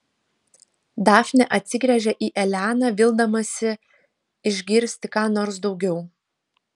dafnė atsigręžia į eleną vildamasi išgirsti ką nors daugiau